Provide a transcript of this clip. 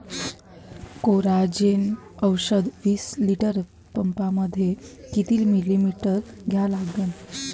Coragen औषध विस litre पंपामंदी किती मिलीमिटर घ्या लागन?